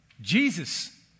Jesus